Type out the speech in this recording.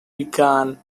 began